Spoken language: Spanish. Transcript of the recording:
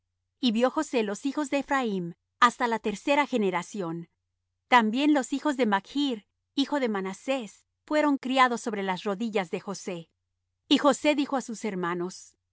y vió josé los hijos de ephraim hasta la tercera generación también los hijos de machr hijo de manasés fueron criados sobre las rodillas de josé y josé dijo á sus hermanos